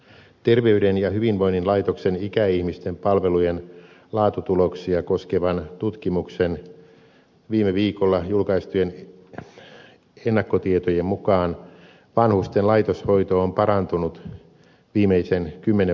terveyden ja hyvinvoinnin laitoksen ikäihmisten palvelujen laatua koskevan tutkimuksen viime viikolla julkaistujen ennakkotietojen mukaan vanhusten laitoshoito on parantunut viimeisten kymmenen vuoden aikana